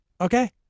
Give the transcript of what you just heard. Okay